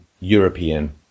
European